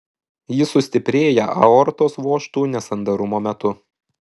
ji sustiprėja aortos vožtuvų nesandarumo metu